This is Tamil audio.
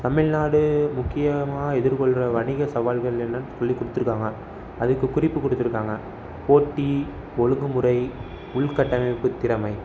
தமிழ்நாடு முக்கியமாக எதிர்கொள்கிற வணிக சவால்கள் என்னென்னு சொல்லிக் கொடுத்துருக்காங்க அதுக்கு குறிப்பு கொடுத்துருக்காங்க போட்டி ஒழுங்கு முறை உள்கட்டமைப்பு திறமை